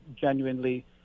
genuinely